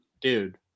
dude